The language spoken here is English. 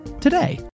today